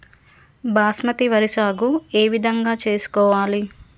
బాస్మతి వరి సాగు ఏ విధంగా చేసుకోవాలి?